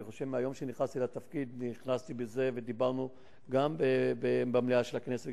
אני חושב שמהיום שנכנסתי לתפקיד נכנסתי לזה ודיברנו גם במליאה של הכנסת,